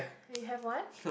you have what